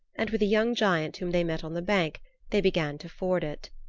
and with a young giant whom they met on the bank they began to ford it.